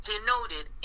denoted